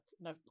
No